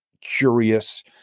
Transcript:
curious